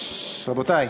בבקשה, רבותי.